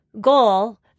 goal